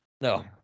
No